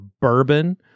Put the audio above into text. bourbon